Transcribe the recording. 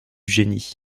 génie